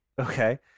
Okay